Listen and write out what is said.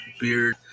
beard